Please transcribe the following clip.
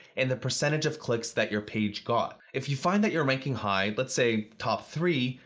and the percentage of clicks that your page got. if you find that you're ranking high, let's say top three,